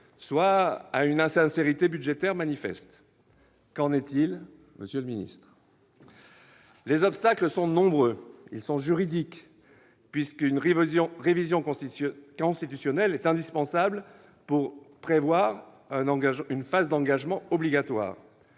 soit à une insincérité budgétaire manifeste. Qu'en est-il, monsieur le secrétaire d'État ? Les obstacles sont nombreux. Ils sont juridiques, puisqu'une révision constitutionnelle est indispensable pour prévoir une phase d'engagement obligatoire.